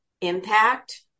impact